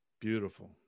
Beautiful